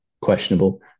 questionable